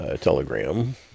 Telegram